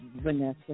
Vanessa